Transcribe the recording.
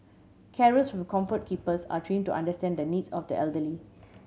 carers from Comfort Keepers are trained to understand the needs of the elderly